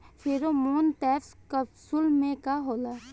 Pheromone trap capsule में का होला?